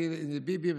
ביבי,